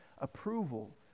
approval